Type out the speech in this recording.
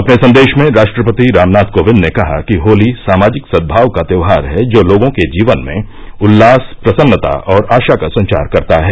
अपने संदेश में राष्ट्रपति रामनाथ कोविंद ने कहा कि होली सामाजिक सदभाव का त्योहार है जो लोगों के जीवन में उल्लास प्रसन्नता और आशा का संचार करता है